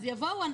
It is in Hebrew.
אז יבואו,